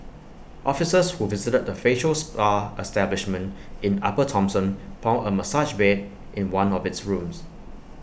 officers who visited the facial spa establishment in upper Thomson found A massage bed in one of its rooms